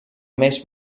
més